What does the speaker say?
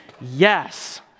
Yes